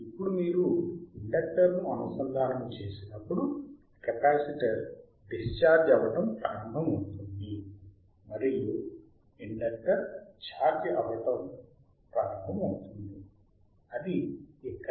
ఇప్పుడు మీరు ఇండక్టర్ను అనుసంధానము చేసినప్పుడు కెపాసిటర్ డిశ్చార్జ్ అవ్వటం ప్రారంభమవుతుంది మరియు ఇండక్టర్ ఛార్జ్ అవ్వటం ప్రారంభమవుతుంది అది ఇక్కడ చూపబడింది